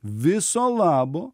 viso labo